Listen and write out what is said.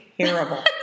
terrible